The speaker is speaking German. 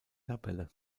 tabelle